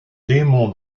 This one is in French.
démon